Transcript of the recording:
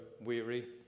weary